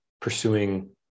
pursuing